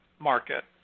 market